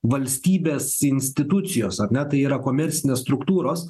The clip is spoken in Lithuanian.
valstybės institucijos ar ne tai yra komercinės struktūros